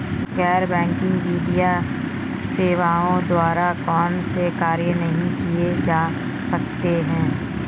गैर बैंकिंग वित्तीय सेवाओं द्वारा कौनसे कार्य नहीं किए जा सकते हैं?